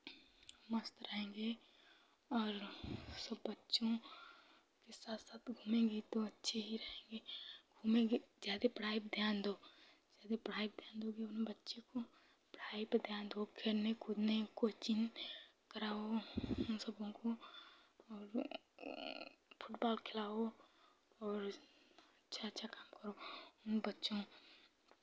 मस्त रहेंगे और सब बच्चों के साथ साथ घूमेंगे तो अच्छे ही रहेंगे घूमेंगे ज़्यादे पढ़ाई पे ध्यान दो ज़्यादे पढ़ाई पे ध्यान दोगे उन बच्चों को पढ़ाई पे ध्यान दो खेलने कूदने कोचिंग कराओ उन सबों को और फुटबॉल खेलाओ और अच्छा अच्छा काम करो उन बच्चों